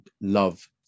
love